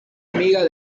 amiga